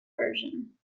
version